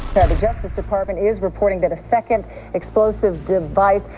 the justice department is reporting that a second explosive device.